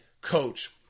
coach